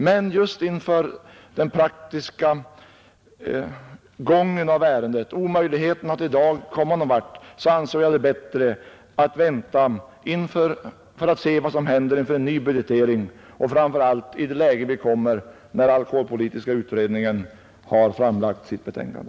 Men just inför den praktiska gången av ärendet och omöjligheten att i dag komma någon vart anser jag det bättre att vänta för att se vad som händer vid en ny budgetering och framför allt vilket läge vi kommer i när alkoholpolitiska utredningen har framlagt sitt betänkande.